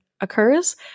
occurs